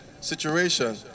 situation